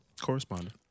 correspondent